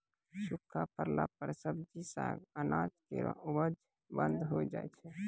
सूखा परला पर सब्जी, साग, अनाज केरो उपज बंद होय जाय छै